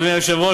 אדוני היושב-ראש,